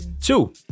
Two